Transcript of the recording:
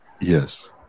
Yes